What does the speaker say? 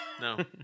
No